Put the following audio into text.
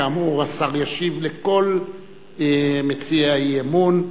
כאמור, השר ישיב לכל מציעי האי-אמון.